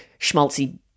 schmaltzy